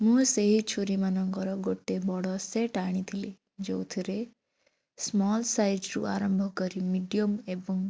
ମୁଁ ସେଇ ଛୁରୀ ମାନଙ୍କର ଗୋଟେ ବଡ଼ ସେଟ୍ ଆଣିଥିଲି ଯୋଉଥିରେ ସ୍ମଲ୍ ସାଇଜ୍ ରୁ ଆରମ୍ଭକରି ମିଡ଼ିଅମ୍ ଏବଂ